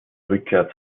rückkehr